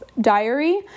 diary